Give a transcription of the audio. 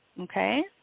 Okay